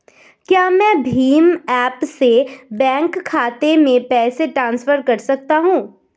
क्या मैं भीम ऐप से बैंक खाते में पैसे ट्रांसफर कर सकता हूँ?